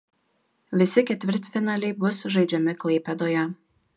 visi ketvirtfinaliai bus žaidžiami klaipėdoje